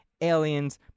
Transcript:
Aliens